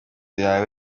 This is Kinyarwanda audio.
yawe